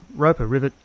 roper river,